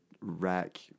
rack